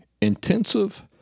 intensive